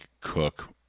Cook